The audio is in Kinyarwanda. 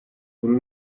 uru